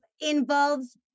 involves